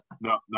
no